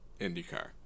IndyCar